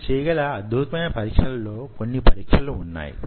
మీరు చేయగల అత్యద్భుతమైన పరీక్షలలో కొన్ని పరీక్షలు వున్నవి